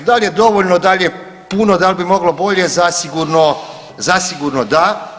Da li je dovoljno, da li je puno, da li bi moglo bolje zasigurno da.